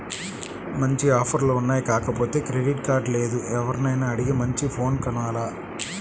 మంచి ఆఫర్లు ఉన్నాయి కాకపోతే క్రెడిట్ కార్డు లేదు, ఎవర్నైనా అడిగి మంచి ఫోను కొనాల